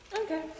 Okay